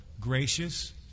gracious